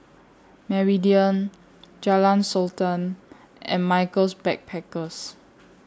Meridian Jalan Sultan and Michaels Backpackers